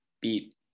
beat